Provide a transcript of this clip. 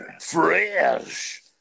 Fresh